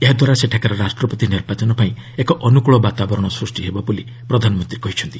ଏହାଦ୍ୱାରା ସେଠାକାର ରାଷ୍ଟ୍ରପତି ନିର୍ବାଚନପାଇଁ ଏକ ଅନୁକ୍ଳ ବାତାବରଣ ସୃଷ୍ଟି ହେବ ବୋଲି ପ୍ରଧାନମନ୍ତ୍ରୀ କହିଛନ୍ତି